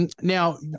Now